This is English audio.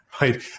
right